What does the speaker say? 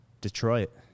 Detroit